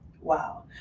Wow